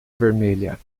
vermelha